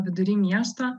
vidury miesto